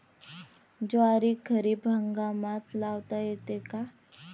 ज्वारी खरीप हंगामात लावता येते का?